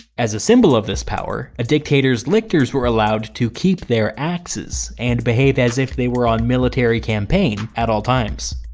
as a symbol of this power, a dictator's lictors were allowed to keep their axes and behave as if they were on military campaign at all times.